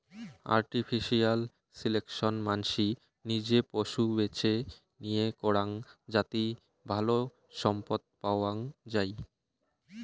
artificial selection মানসি নিজে পশু বেছে নিয়ে করাং যাতি ভালো সম্পদ পাওয়াঙ যাই